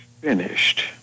finished